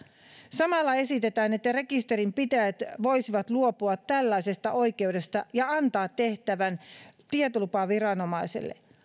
samalla esitetään että rekisterinpitäjät voisivat luopua tällaisesta oikeudesta ja antaa tehtävän tietolupaviranomaiselle